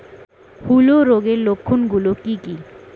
হূলো রোগের লক্ষণ গুলো কি কি?